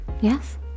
Yes